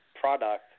product